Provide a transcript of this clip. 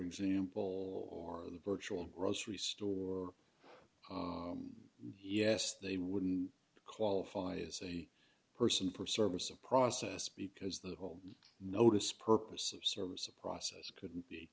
example or the virtual grocery store or yes they wouldn't qualify as a person for service of process because the whole notice purpose of service a process could